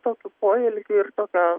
tokių poelgių ir tokio